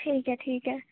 ठीक ऐ ठीक ऐ